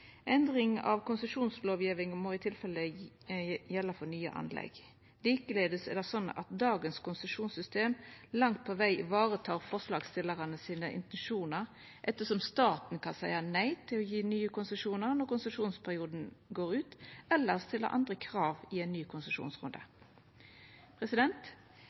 Endring av konsesjonslovgjevinga må i tilfelle gjelda for nye anlegg. Sameleis er det sånn at dagens konsesjonssystem langt på veg varetek forslagsstillarane sine intensjonar ettersom staten kan seia nei til å gje nye konsesjonar når konsesjonsperioden går ut, eller stilla andre krav i ein ny konsesjonsrunde.